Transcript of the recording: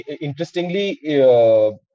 interestingly